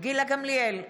גילה גמליאל,